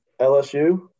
LSU